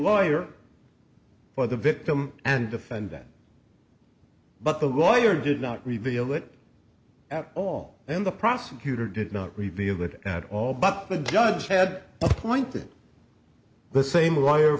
lawyer for the victim and defendant but the lawyer did not reveal it at all and the prosecutor did not reveal that at all but the judge had pointed the same lawyer